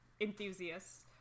enthusiasts